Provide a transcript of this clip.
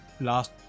last